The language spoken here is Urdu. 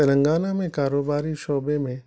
تلنگانہ میں کاروباری شعبے میں